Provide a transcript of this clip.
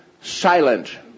silent